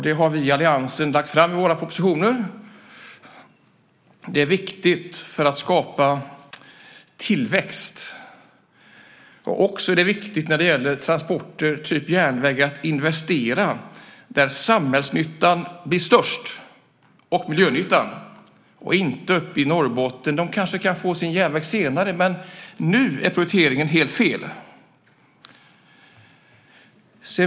Det har vi i alliansen lagt fram i våra motioner. Det är viktigt för att skapa tillväxt. Det är också viktigt när det gäller transporter, till exempel järnväg, att investera där samhällsnyttan och miljönyttan blir störst, inte uppe i Norrbotten. De kan kanske få sin järnväg senare, men nu är prioriteringen helt fel.